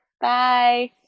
bye